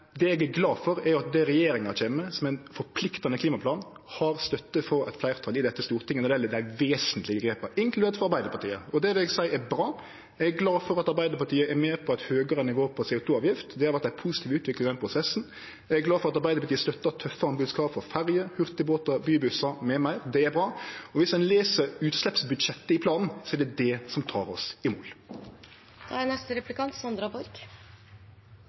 det eg er glad for, er at det som regjeringa kjem med som ein forpliktande klimaplan, har støtte frå eit fleirtal i dette stortinget når det gjeld dei vesentlege grepa – inkludert frå Arbeidarpartiet. Det vil eg seie er bra. Eg er glad for at Arbeidarpartiet er med på eit høgare nivå på CO 2 -avgift, det har vore ei positiv utvikling i den prosessen. Eg er glad for at Arbeidarpartiet støttar tøffe anbodskrav for ferjer, hurtigbåtar, bybussar m.m. Det er bra. Og viss ein les utsleppsbudsjettet i planen, er det det som tek oss i mål. Landbruket er